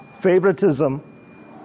Favoritism